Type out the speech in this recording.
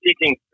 teaching